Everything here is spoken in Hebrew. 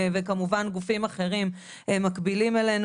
וכמובן גופים אחרים מקבילים אלינו.